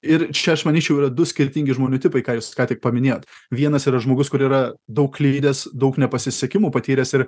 ir čia aš manyčiau yra du skirtingi žmonių tipai ką jūs ką tik paminėjot vienas yra žmogus kur yra daug klydęs daug nepasisekimų patyręs ir